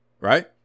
right